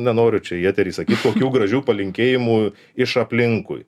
nenoriu čia į eterį sakyt kokių gražių palinkėjimų iš aplinkui